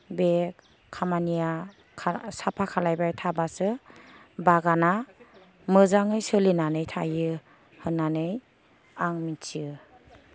बे खामानिया साफा खालामबाय थाब्लासो बागाना मोजाङै सोलिनानै थायो होननानै आं मिथियो